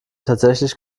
tatsächlich